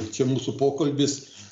čia mūsų pokalbis